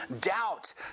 doubt